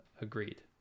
Agreed